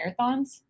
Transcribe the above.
marathons